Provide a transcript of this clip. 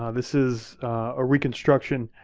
ah this is a reconstruction